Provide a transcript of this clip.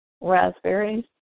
raspberries